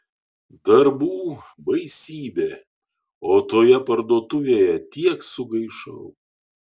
darbų baisybė o toje parduotuvėje tiek sugaišau